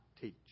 teach